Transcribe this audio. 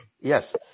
Yes